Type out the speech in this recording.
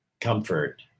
comfort